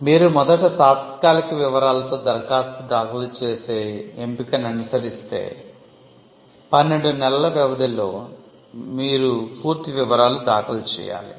మీరు మొదట తాత్కాలిక వివరాలతో దరఖాస్తు దాఖలు చేసే ఎంపికను అనుసరిస్తే 12 నెలల వ్యవధిలో మీరు పూర్తి వివరాలు దాఖలు చేయాలి